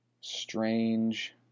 strange